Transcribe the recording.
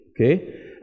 okay